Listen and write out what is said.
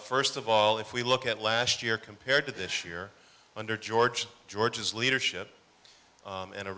first of all if we look at last year compared to this year under george george's leadership and a